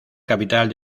capital